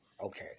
Okay